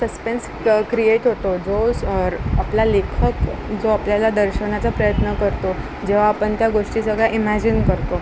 suspense create होतो जो आपला लेखक जो आपल्याला दर्शवण्याचा प्रयत्न करतो जेव्हा आपण त्या गोष्टी सगळ्या इमॅजिन करतो